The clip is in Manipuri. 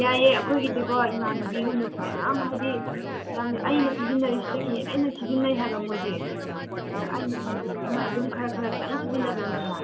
ꯌꯥꯏꯌꯦ ꯑꯩꯈꯣꯏꯒꯤꯗꯤꯀꯣ ꯏꯃꯥꯟꯅꯕꯤꯒꯨꯝꯕꯁꯨ ꯃꯌꯥꯝ ꯍꯥꯏꯗꯤ ꯌꯥꯝ ꯑꯩꯅ ꯁꯤꯖꯤꯟꯅꯔꯤꯁꯤꯗꯒꯤ ꯍꯦꯟꯅ ꯍꯦꯟꯅ ꯁꯤꯖꯤꯟꯅꯩ ꯍꯥꯏꯕ ꯃꯣꯏꯗꯤ ꯑꯩꯗꯤ ꯑꯗꯨꯝ ꯈꯔ ꯈꯔꯇꯪ ꯁꯤꯖꯤꯟꯅꯕꯅꯤꯗꯅ